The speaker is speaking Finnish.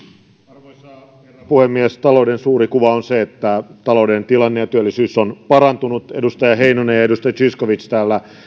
arvoisa herra puhemies talouden suuri kuva on se että talouden tilanne ja työllisyys ovat parantuneet edustaja heinonen ja edustaja zyskowicz täällä